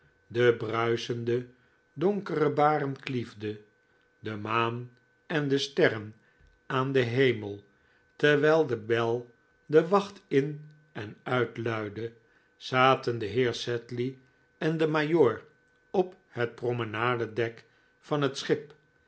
de bruisende donkere baren kliefde de maan en de sterren aan den hemel terwijl de bel de wacht in en uit luidde zaten de heer sedley en de majoor op het promenadedek van het schip